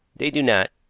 they do not.